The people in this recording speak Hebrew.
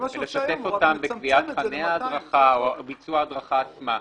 לשתף אותם בקביעת תכני ההדרכה או ביצוע ההדרכה עצמה,